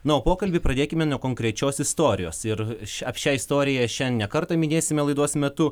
na o pokalbį pradėkime nuo konkrečios istorijos ir ši apie šią šiandien istorija šią ne kartą minėsime laidos metu